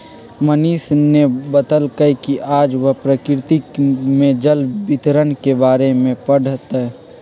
मनीष ने बतल कई कि आज वह प्रकृति में जल वितरण के बारे में पढ़ तय